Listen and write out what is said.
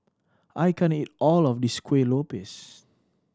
I can't eat all of this Kuih Lopes